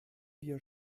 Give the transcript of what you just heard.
wir